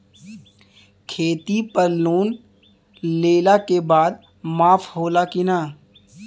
खेती पर लोन लेला के बाद माफ़ होला की ना?